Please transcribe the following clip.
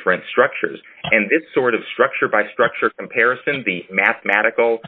different structures and that sort of structure by structure comparison the mathematical